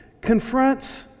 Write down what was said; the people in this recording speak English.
confronts